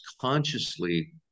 consciously